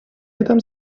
этом